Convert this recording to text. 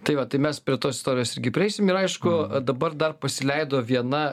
tai va tai mes prie tos istorijos irgi prieisim ir aišku dabar dar pasileido viena